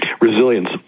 Resilience